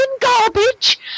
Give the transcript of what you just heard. garbage